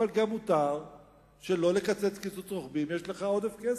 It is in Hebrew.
אבל גם מותר שלא לקצץ קיצוץ רוחבי אם יש לך עודף כסף,